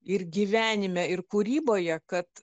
ir gyvenime ir kūryboje kad